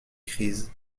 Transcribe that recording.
crise